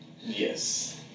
Yes